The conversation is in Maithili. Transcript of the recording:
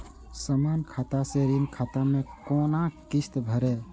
समान खाता से ऋण खाता मैं कोना किस्त भैर?